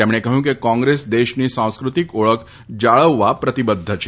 તેમણે કહ્યું કે કોંગ્રેસ દેશની સાંસ્કૃતિક ઓળખ જાળવવા પ્રતિબધ્ધ છે